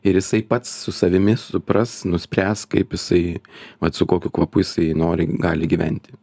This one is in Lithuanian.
ir jisai pats su savimi supras nuspręs kaip jisai vat su kokiu kvapu jisai nori gali gyventi